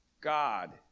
God